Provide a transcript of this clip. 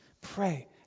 Pray